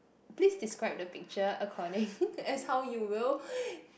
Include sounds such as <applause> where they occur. please describe the picture according <laughs> as how you will